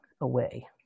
away